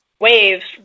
waves